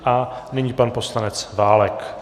A nyní pan poslanec Válek.